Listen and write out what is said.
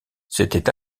s’était